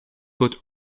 put